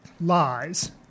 lies—